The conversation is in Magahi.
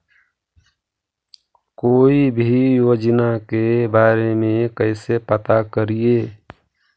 कोई भी योजना के बारे में कैसे पता करिए?